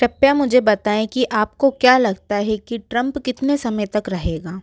कृप्या मुझे बताएँ कि आपको क्या लगता है कि ट्रम्प कितने समय तक रहेगा